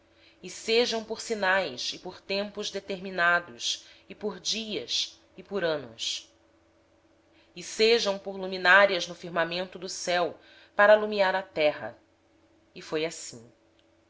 e a noite sejam eles para sinais e para estações e para dias e anos e sirvam de luminares no firmamento do céu para alumiar a terra e assim